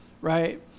Right